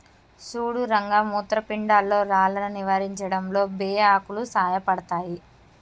సుడు రంగ మూత్రపిండాల్లో రాళ్లను నివారించడంలో బే ఆకులు సాయపడతాయి